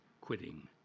quitting